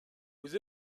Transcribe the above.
vous